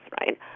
right